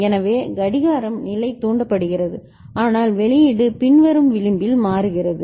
எனவே கடிகாரம் நிலை தூண்டப்படுகிறது ஆனால் வெளியீடு பின்வரும் விளிம்பில் மாறுகிறது